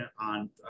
on